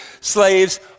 slaves